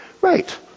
Right